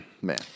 man